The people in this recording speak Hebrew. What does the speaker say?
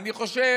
אני חושב,